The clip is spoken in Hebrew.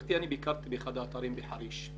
גבירתי, אני ביקרתי באחד האתרים בחריש.